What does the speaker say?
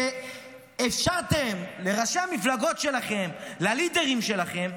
שאפשרתם לראשי המפלגות שלכם, ללידרים שלכם,